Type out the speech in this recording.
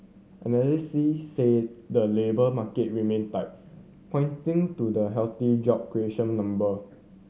analyst said the labour market remain tight pointing to the healthy job creation number